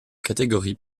catégorie